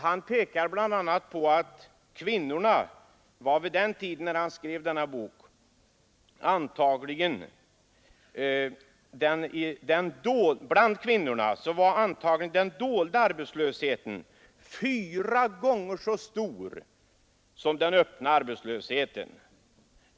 Han pekar bl.a. på att bland kvinnorna var — vid den tid då han skrev denna bok den dolda arbetslösheten antagligen fyra gånger så stor som den öppna arbetslösheten.